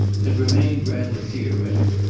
had remained rather theoretic,